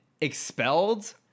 expelled